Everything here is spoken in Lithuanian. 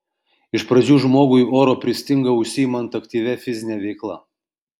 iš pradžių žmogui oro pristinga užsiimant aktyvia fizine veikla